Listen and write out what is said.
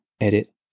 edit